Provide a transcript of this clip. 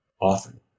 often